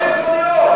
לא יכול להיות.